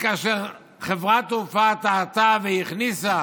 כאשר חברת תעופה טעתה והכניסה